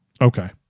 Okay